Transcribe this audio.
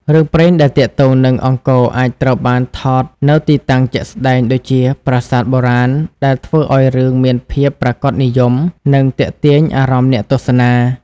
រឿងព្រេងដែលទាក់ទងនឹងអង្គរអាចត្រូវបានថតនៅទីតាំងជាក់ស្តែងដូចជា ប្រាសាទបុរាណ ដែលធ្វើឲ្យរឿងមានភាពប្រាកដនិយម និងទាក់ទាញអារម្មណ៍អ្នកទស្សនា។